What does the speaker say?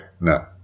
No